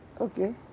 Okay